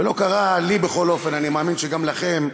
ולא קרה, לי בכל אופן, אני מאמין שגם לכם,